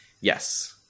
Yes